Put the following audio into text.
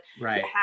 right